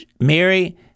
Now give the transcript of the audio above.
Mary